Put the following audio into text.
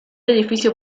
edificio